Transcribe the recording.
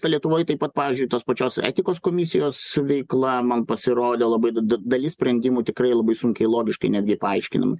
lietuvoj taip pat pavyzdžiui tos pačios etikos komisijos veikla man pasirodė labai da dalis sprendimų tikrai labai sunkiai logiškai netgi paaiškinami